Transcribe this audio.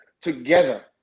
together